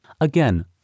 Again